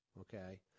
okay